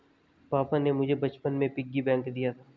पापा ने मुझे बचपन में पिग्गी बैंक दिया था